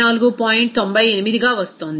98గా వస్తోంది